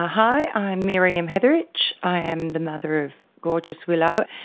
ah hi, i'm miriam heatherich, i am the mother of gorgeous willow,